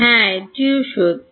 হ্যাঁ এটিও সত্য